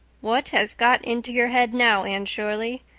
what has got into your head now, anne shirley?